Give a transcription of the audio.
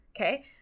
okay